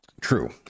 True